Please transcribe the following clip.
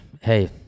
hey